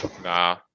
Nah